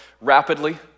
rapidly